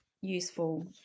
useful